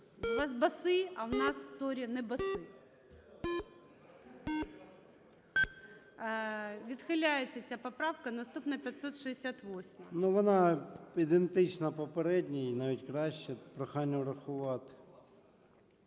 Вона ідентична попередній, навіть краще. Прохання врахувати.